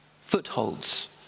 footholds